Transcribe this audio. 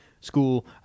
School